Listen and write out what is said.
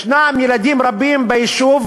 יש ילדים רבים ביישוב,